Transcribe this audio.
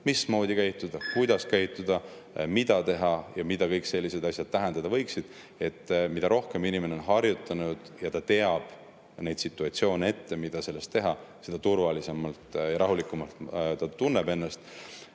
mismoodi käituda, mida teha ja mida kõik sellised asjad tähendada võiksid. Mida rohkem inimene on harjutanud ja teab neid situatsioone ette, mida sellises [olukorras] teha, seda turvalisemalt ja rahulikumalt ta ennast